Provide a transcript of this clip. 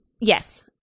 Yes